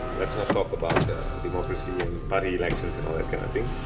let's not talk about democracy and party elections and all that kind of thing,